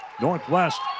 Northwest